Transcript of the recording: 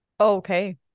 Okay